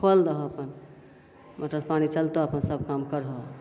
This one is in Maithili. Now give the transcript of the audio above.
खोलि दहो अपन मोटर पानी चलतऽ अपन सब काम करहो